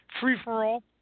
free-for-all